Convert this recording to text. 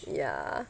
ya